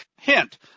Hint